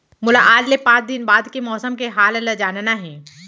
मोला आज ले पाँच दिन बाद के मौसम के हाल ल जानना हे?